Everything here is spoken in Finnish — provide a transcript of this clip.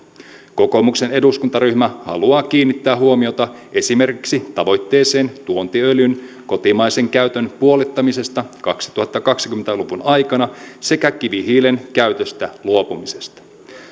kokoomuksen eduskuntaryhmä haluaa kiinnittää huomiota esimerkiksi tavoitteeseen tuontiöljyn kotimaisen käytön puolittamisesta kaksituhattakaksikymmentä luvun aikana sekä kivihiilen käytöstä luopumisesta